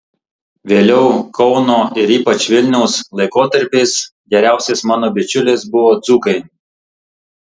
vėliau kauno ir ypač vilniaus laikotarpiais geriausiais mano bičiuliais buvo dzūkai